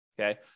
Okay